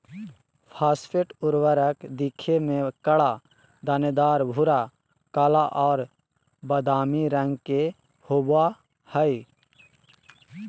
phosphate उर्वरक दिखे में कड़ा, दानेदार, भूरा, काला और बादामी रंग के होबा हइ